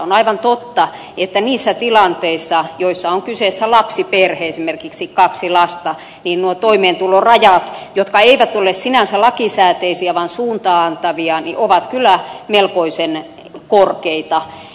on aivan totta että niissä tilanteissa joissa on kyseessä lapsiperhe esimerkiksi kaksi lasta nuo toimeentulorajat jotka eivät ole sinänsä lakisääteisiä vaan suuntaa antavia ovat kyllä melkoisen korkeita